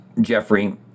Jeffrey